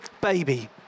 baby